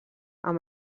amb